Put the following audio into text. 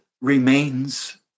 remains